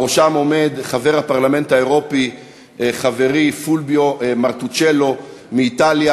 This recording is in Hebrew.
בראשם עומד חבר הפרלמנט האירופי חברי פולביו מרטושילו מאיטליה,